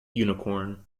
unicorn